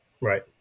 Right